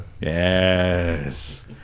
Yes